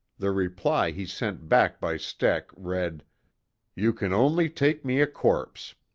the reply he sent back by steck read you can only take me a corpse.